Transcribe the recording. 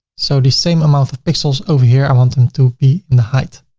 so the same amount of pixels over here, i want them to be in the height.